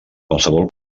qualsevol